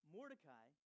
Mordecai